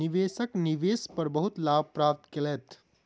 निवेशक निवेश पर बहुत लाभ प्राप्त केलैथ